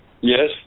Yes